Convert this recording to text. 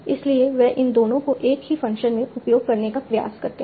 इसलिए वे इन दोनों को एक ही फ़ंक्शन में उपयोग करने का प्रयास करते हैं